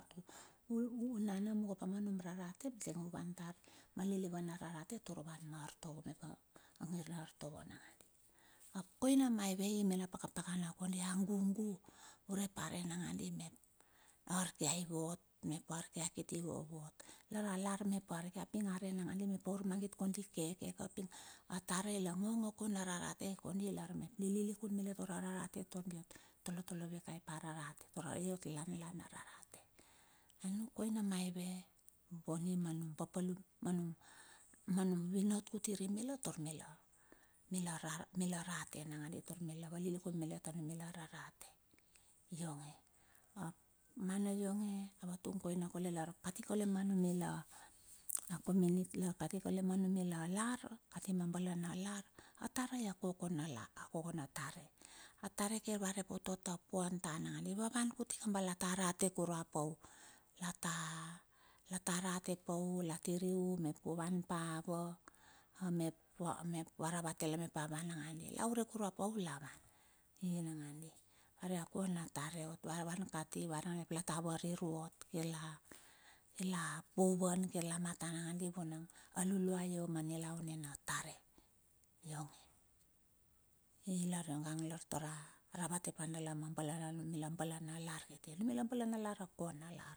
U unana mungo pa manum rarate tar uvan tar ma lilivan nararate tar uvan tar ma artovo mep ma ngir na artovo nangandi. Ap koina maive i me na paka pakana kondi, a gugu urep a ren nangandi mep arkia ivot. Mep a arkia kiti vovot. Lar alar mep arkia ping arei nangandi mep na urmagit kondi ikeke ka. Ping atare la ngo ngo kaun a rarate, ai kondi lar mep di lilikun malet tar a rarate tar di toletole vikai, aipa a rarate tar iot lanlan a rarate. Anuk koina maive, boni manum paplum, manum vinot kuti ri mila tar mila rate nangandi tar mila valilikun malet tar anumila rarate. Ionge ap mana ionge, a watung koina kaule lar kati kaule manumila comunity, lar kati kaule manu mila lar, kati ma bale na lar, atarei akokono akokona tare. A tare kir repote ta puvan ta nangandi, vavan kuti kamba la rate kur ue pau. Lata tiriu mep u van pa va, mep va ravate la mep van nangandi, la urek kurue pau lavan, vare a kona tare ot, vavan kati varen ma la ta variruot. La lapuvan kir la mata vuna a luluai ma nilaun nina tare ionge. Ilar iongang lar tara ravate pa dala ma bala na lar kiti kona lar.